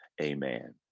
Amen